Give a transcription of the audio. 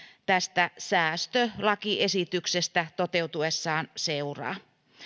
tästä säästölakiesityksestä toteutuessaan seuraa